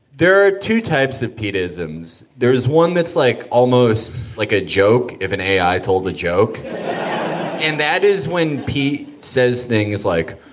there are two types of pete isms there is one that's like almost like a joke if and i told the joke and that is when pete says things like,